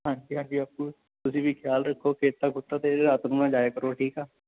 ਹਾਂਜੀ ਹਾਂਜੀ ਬਾਪੂ ਤੁਸੀਂ ਵੀ ਖਿਆਲ ਰੱਖੋ ਖੇਤਾਂ ਖੁੱਤਾਂ 'ਤੇ ਰਾਤ ਨੂੰ ਨਾ ਜਾਇਆ ਕਰੋ ਠੀਕ ਆ